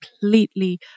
completely